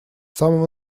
самого